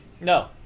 No